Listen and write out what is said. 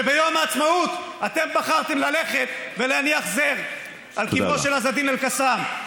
שביום העצמאות אתם בחרתם ללכת ולהניח זר על קברו של עז א-דין אל-קסאם.